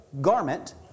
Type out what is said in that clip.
garment